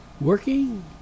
working